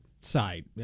side